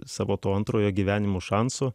savo to antrojo gyvenimo šansu